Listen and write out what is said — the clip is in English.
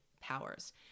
powers